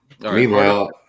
Meanwhile